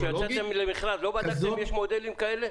כשיצאתם למכרז לא בדקתם אם יש מודלים כאלה?